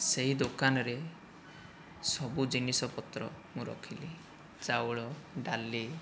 ସେହି ଦୋକାନରେ ସବୁ ଜିନିଷପତ୍ର ମୁଁ ରଖିଲି ଚାଉଳ ଡାଲି